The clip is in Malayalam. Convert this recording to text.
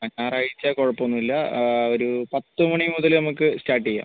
ഞായറാഴ്ച കുഴപ്പം ഒന്നുമില്ല ഒരു പത്ത് മണി മുതൽ നമുക്ക് സ്റ്റാർട്ട് ചെയ്യാം